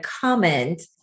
comment